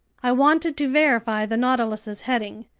i wanted to verify the nautilus's heading.